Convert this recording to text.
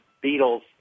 beetles